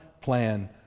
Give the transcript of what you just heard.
plan